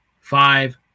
five